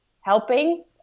helping